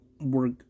work